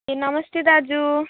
ए नमस्ते दाजु